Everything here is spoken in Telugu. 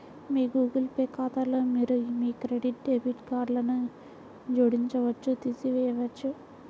మీ గూగుల్ పే ఖాతాలో మీరు మీ క్రెడిట్, డెబిట్ కార్డ్లను జోడించవచ్చు, తీసివేయవచ్చు